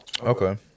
Okay